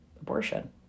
abortion